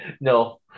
no